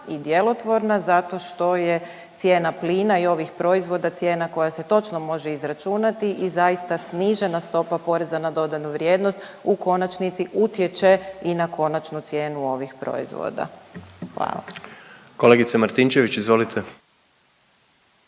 i djelotvorna zato što je cijena plina i ovih proizvoda cijena koja se točno može izračunati i zaista snižena stopa poreza na dodanu vrijednost u konačnici utječe i na konačnu cijenu ovih proizvoda. Hvala. **Jandroković, Gordan